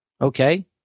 Okay